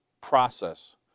process